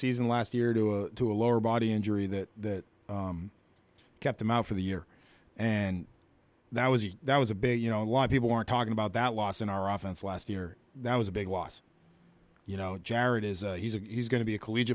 season last year due to a lower body injury that kept him out for the year and that was that was a big you know a lot of people are talking about that loss in our office last year that was a big loss you know jarrett is a he's a he's going to be a colleg